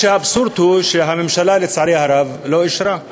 מה שאבסורד, שהממשלה, לצערי, לא אישרה.